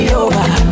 over